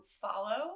follow